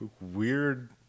weird